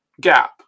gap